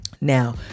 Now